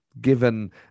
given